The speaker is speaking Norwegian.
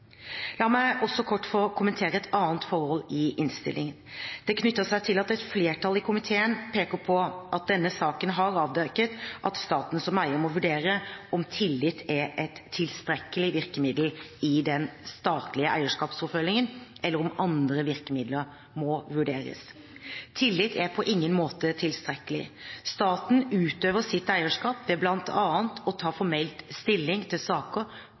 innstillingen, og det knytter seg til at et flertall i komiteen peker på at denne saken har avdekket at staten som eier må vurdere om tillit er et tilstrekkelig virkemiddel i den statlige eierskapsoppfølgingen eller om andre virkemidler må vurderes. Tillit er på ingen måte tilstrekkelig. Staten utøver sitt eierskap ved bl.a. å ta formelt stilling til saker